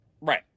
Right